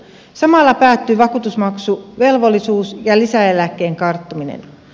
samalla päättyy vakuutusmaksuvelvollisuus ja lisäeläkkeen karttuminen